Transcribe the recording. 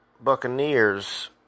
Buccaneers